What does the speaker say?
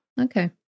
Okay